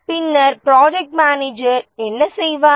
பின்னர் project manager என்ன செய்வார்